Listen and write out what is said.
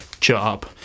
job